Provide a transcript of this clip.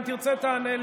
אם תרצה תענה לי,